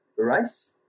Rice